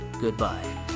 goodbye